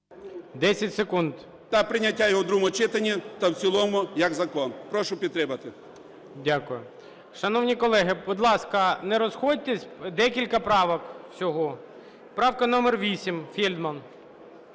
З.М. Та прийняття його в другому читанні та в цілому як закон. Прошу підтримати. ГОЛОВУЮЧИЙ. Дякую. Шановні колеги, будь ласка, не розходьтесь, декілька правок всього. Правка номер 8, Фельдман.